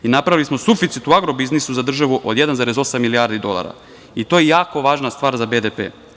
Napravili smo suficit u agro biznisu za državu od 1,8 milijardi dolara i to je jako važna stvar za BDP.